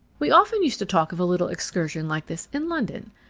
we often used to talk of a little excursion like this in london.